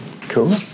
Cool